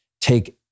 take